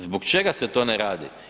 Zbog čega se to ne radi?